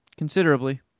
considerably